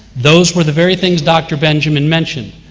those were the very things dr. benjamin mentioned.